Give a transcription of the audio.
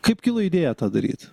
kaip kilo idėja tą daryt